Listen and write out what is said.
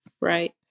Right